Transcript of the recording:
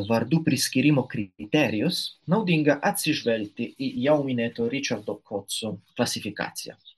vardų priskyrimo kriterijus naudinga atsižvelgti į jau minėto ričardo kotso klasifikacijas